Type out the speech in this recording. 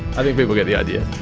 i think people get the idea.